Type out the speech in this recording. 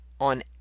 On